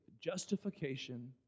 justification